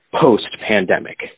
post-pandemic